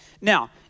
Now